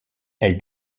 elle